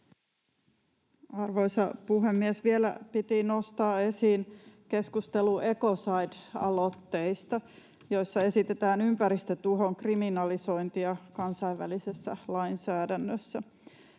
Arvoisa puhemies! Vielä piti nostaa esiin keskustelu ecocide‑aloitteista, joissa esitetään ympäristötuhon kriminalisointia kansainvälisessä lainsäädännössä.